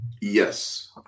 Yes